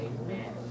Amen